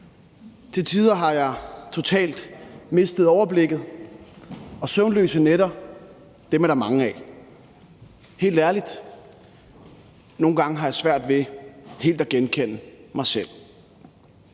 Til tider har jeg totalt mistet overblikket, og søvnløse nætter er der mange af. Helt ærligt, nogle gange har jeg svært ved helt at genkende mig selv.